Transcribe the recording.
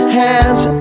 hands